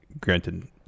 granted